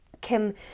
Kim